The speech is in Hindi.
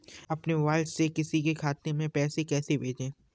अपने मोबाइल से किसी के खाते में पैसे कैसे भेजें?